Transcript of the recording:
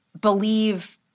believe –